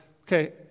Okay